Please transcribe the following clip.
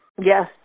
Yes